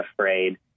afraid